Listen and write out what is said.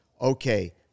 okay